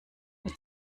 mit